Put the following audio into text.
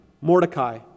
Mordecai